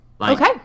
Okay